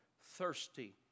thirsty